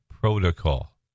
protocol